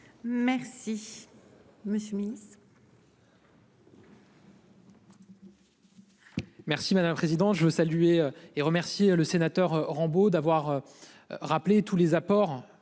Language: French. Merci, monsieur le Ministre.